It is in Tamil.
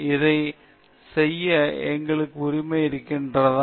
இதை செய்ய எங்களுக்கு உரிமை இருக்கிறதா